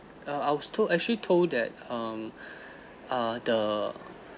I was told actually told that um err the